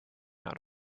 not